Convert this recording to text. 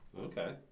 Okay